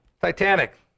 Titanic